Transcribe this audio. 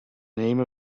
name